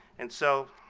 and so